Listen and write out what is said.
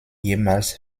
jemals